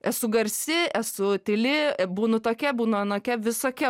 esu garsi esu tyli būnu tokia būnu anokia visokia